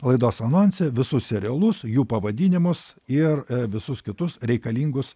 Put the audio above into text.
laidos anonse visus serialus jų pavadinimus ir visus kitus reikalingus